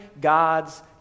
God's